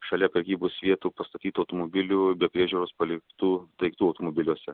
šalia prekybos vietų pastatytų automobilių be priežiūros paliktų daiktų automobiliuose